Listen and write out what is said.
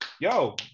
Yo